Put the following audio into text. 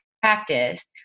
practice